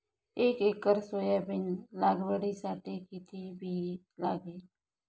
एक acre soybean लागवडीसाठी किती बी लागेल?